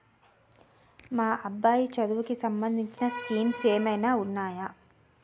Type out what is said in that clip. మా అబ్బాయి చదువుకి సంబందించిన స్కీమ్స్ ఏమైనా ఉన్నాయా?